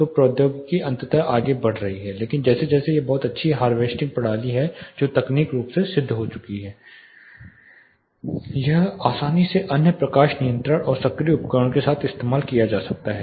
तो प्रौद्योगिकी अंततः आगे बढ़ रही है लेकिन जैसे कि यह एक बहुत अच्छी हार्वेस्टिंग प्रणाली है जो तकनीकी रूप से सिद्ध है यह आसानी से अन्य प्रकाश नियंत्रण और सक्रिय उपकरणों के साथ इस्तेमाल किया जा सकता है